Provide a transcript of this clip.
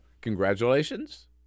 Congratulations